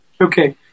Okay